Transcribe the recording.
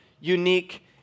unique